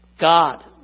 God